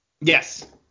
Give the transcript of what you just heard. Yes